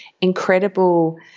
incredible